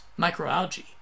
microalgae